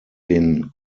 den